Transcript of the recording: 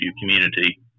community